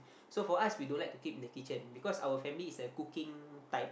so for us we don't like to keep in the kitchen because our family is the cooking type